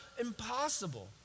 impossible